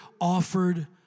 offered